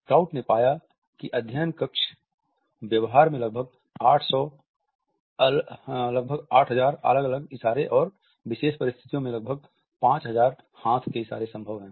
kraut ने पाया कि अध्ययन कक्ष व्यवहार में लगभग 8000 अलग अलग इशारे और विशेष परिस्थितियों में लगभग 5000 हाथ के इशारे संभव है